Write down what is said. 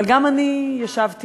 אבל גם אני ישבתי